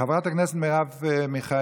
חברת הכנסת מרב מיכאלי,